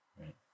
right